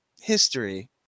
history